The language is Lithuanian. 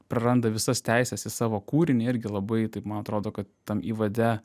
praranda visas teises į savo kūrinį irgi labai taip man atrodo kad tam įvade